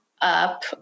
up